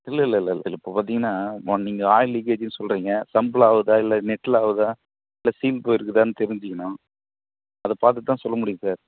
இல்லை இல்லை இல்லை இல்லை இல்லை சார் இப்போ பார்த்தீங்கன்னா ஒன் நீங்கள் ஆயில் லீக்கேஜ்ஜின்னு சொல்கிறீங்க தம்பில் ஆகுதா இல்லை நெட்டில் ஆகுதா இல்லை சீம் போயிருக்குதான்னு தெரிஞ்சுக்கணும் அதை பார்த்துட்டு தான் சொல்ல முடியுங்க சார்